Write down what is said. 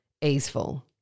easeful